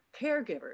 caregivers